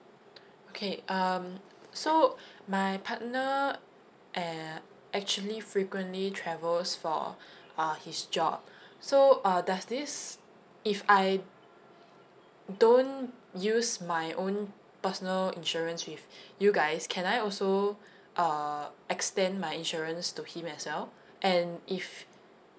okay um so my partner uh actually frequently travels for uh his job so err does this if I don't use my own personal insurance with you guys can I also uh extend my insurance to him as well and if